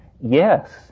Yes